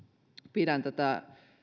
pidän